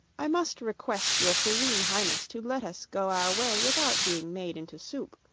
i must request your serene highness to let us go our way without being made into soup.